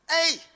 Hey